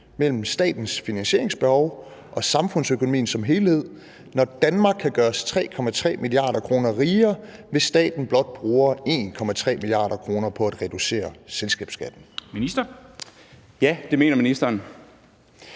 mellem statens finansieringsbehov og samfundsøkonomien som helhed, når Danmark kan gøres 3,3 mia. kr. rigere, hvis staten bruger 1,3 mia. kr. på at reducere selskabsskatten? Skriftlig begrundelse